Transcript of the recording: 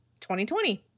2020